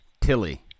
Tilly